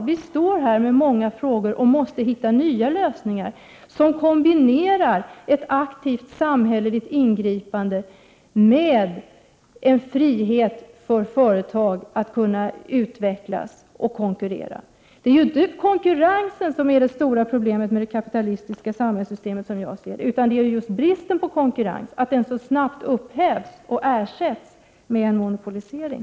Vi står här med många frågor och måste hitta nya lösningar, som kombinerar ett aktivt samhälleligt ingripande med en frihet för företag att utvecklas och konkurrera. Det är inte konkurrensen som är det stora problemet med det kapitalistiska samhällssystemet, som jag ser det, utan just bristen på konkurrensen, att den så snabbt upphävs och ersätts med en monopolisering.